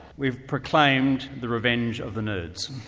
we've proclaimed the revenge of the nerds.